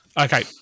Okay